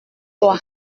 toi